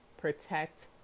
Protect